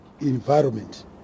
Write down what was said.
environment